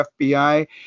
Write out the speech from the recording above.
FBI